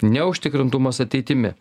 neužtikrintumas ateitimi